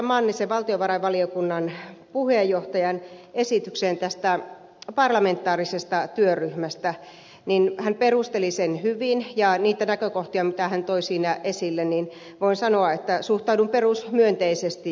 mannisen valtiovarainvaliokunnan puheenjohtajan esitykseen parlamentaarisesta työryhmästä niin hän perusteli sen hyvin ja niihin näkökohtiin mitä hän toi siinä esille voin sanoa suhtautuvani perusmyönteisesti